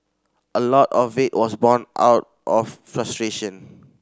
a lot of it was born out of frustration